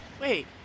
Wait